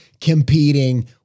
competing